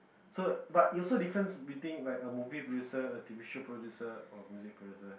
so but it also difference between like a movie producer a T_V show producer or music producer